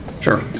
Sure